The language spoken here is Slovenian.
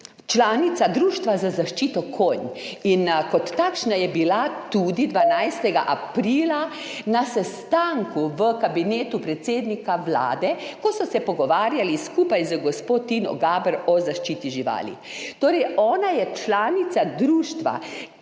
članica Društva za zaščito konj. In kot takšna je bila tudi 12. aprila na sestanku v Kabinetu predsednika Vlade, ko so se pogovarjali skupaj z gospo Tino Gaber o zaščiti živali. Torej, ona je članica društva,